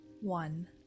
One